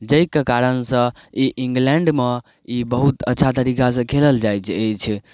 जाहिके कारणसँ ई इंग्लैण्डमे ई बहुत अच्छा तरीकासँ खेलल जाइत अछि